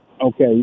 Okay